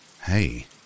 Hey